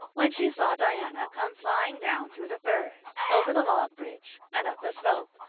when she saw diana come flying down through the firs, over the log bridge, and up the slope,